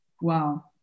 Wow